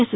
yes